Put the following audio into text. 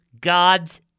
God's